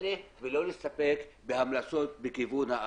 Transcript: האלה ולא להסתפק בהמלצות בכיוון האכיפה.